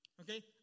okay